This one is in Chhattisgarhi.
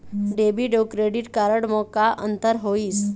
डेबिट अऊ क्रेडिट कारड म का अंतर होइस?